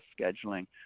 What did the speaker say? scheduling